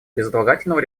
безотлагательного